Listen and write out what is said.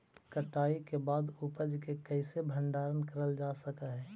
कटाई के बाद उपज के कईसे भंडारण करल जा सक हई?